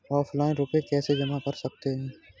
Offline रुपये कैसे जमा कर सकते हैं?